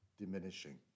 diminishing